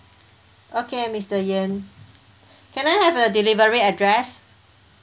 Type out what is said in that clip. okay mister yen can I have your delivery address